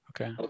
Okay